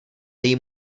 její